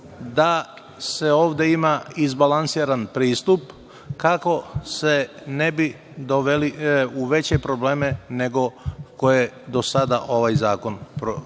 da se ovde ima izbalansiran pristup kako se ne bi doveli u veće probleme nego koje je do sada ovaj zakon proizveo,